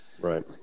right